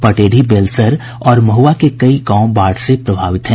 पटेढ़ी बेलसर और महुआ के कई गांव बाढ़ से प्रभावित हैं